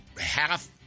half